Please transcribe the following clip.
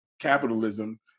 capitalism